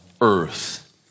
earth